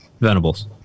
Venables